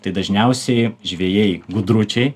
tai dažniausiai žvejai gudručiai